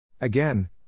Again